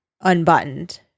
unbuttoned